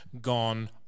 gone